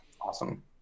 awesome